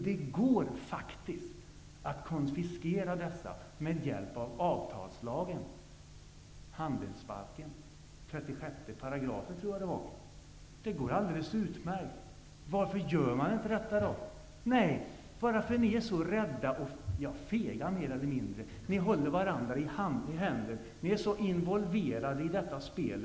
Det går faktiskt att konfiskera dessa med hjälp av avtalslagen, 36 § handelsbalken, om jag minns rätt. Det går alldeles utmärkt. Varför görs då inte det? Nej, ni är så rädda, ja, mer eller mindre fega. Ni håller varandra i handen och är så involverade i detta spel.